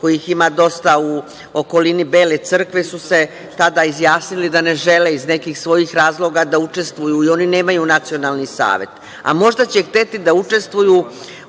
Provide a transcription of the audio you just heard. kojih ima dosta u okolini Bele crkve su se tada izjasnili da ne žele iz nekih svojih razloga da učestvuju i oni nemaju nacionalni savet, a možda će hteti da učestvuju